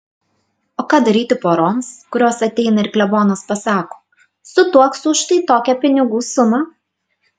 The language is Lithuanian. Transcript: o ką daryti poroms kurios ateina ir klebonas pasako sutuoksiu už štai tokią pinigų sumą